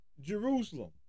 Jerusalem